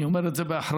אני אומר את זה באחריות.